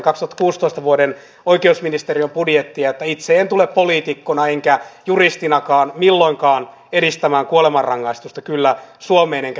on nimittäin minun mielestäni hieman erikoista että suomen ainoa saamelaisenemmistöinen kunta utsjoki ei kuulu kaksikielisyyden piiriin valtionosuusjärjestelmässä